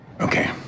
Okay